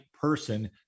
person